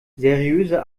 seriöse